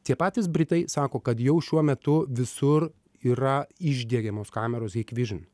tie patys britai sako kad jau šiuo metu visur yra išdiegiamos kameros hikvision